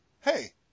hey